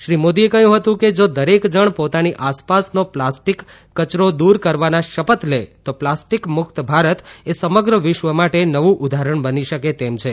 શ્રી મોદીએ કહ્યું હતું કે જો દરેક જણ પોતાની આસપાસનો પ્લાસ્ટીક કચરો દૂર કરવાના શપથ લે તો પ્લાસ્ટિક મુક્ત ભારત એ સમગ્ર વિશ્વ માટે નવું ઉદાહરણ બની શકે તેમ છે